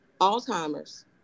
Alzheimer's